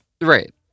Right